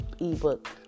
ebook